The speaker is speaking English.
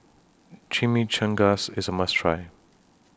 Chimichangas IS A must Try